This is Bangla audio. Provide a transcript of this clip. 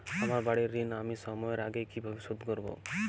আমার বাড়ীর ঋণ আমি সময়ের আগেই কিভাবে শোধ করবো?